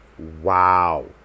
Wow